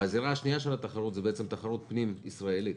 והזירה השנייה של התחרות זו תחרות פנים ישראלית.